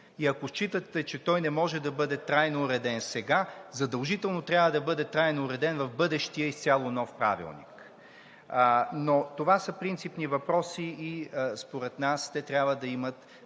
Ако считате, че той не може да бъде трайно уреден сега, задължително трябва да бъде трайно уреден в бъдещия изцяло нов правилник. Но това са принципни въпроси и според нас те трябва да имат